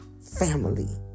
family